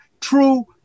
true